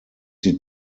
die